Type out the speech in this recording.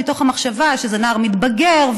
מתוך המחשבה שזה נער מתבגר,